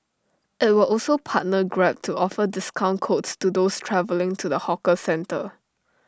IT will also partner grab to offer discount codes to those travelling to the hawker centre